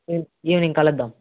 evening కలుద్దాం